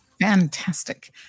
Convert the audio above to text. Fantastic